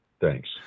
Thanks